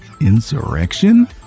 insurrection